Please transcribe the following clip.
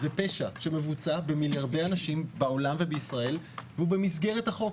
זה פשע שמבוצע במיליארדי אנשים בעולם ובישראל והוא במסגרת החוק,